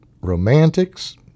Romantics